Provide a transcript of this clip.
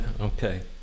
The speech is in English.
okay